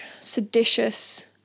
seditious